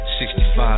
65